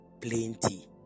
Plenty